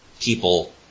people